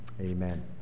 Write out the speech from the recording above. amen